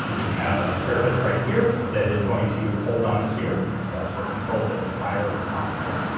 we have a surface right here. that is going to hold on the sear, so that's what controls it to fire or not fire.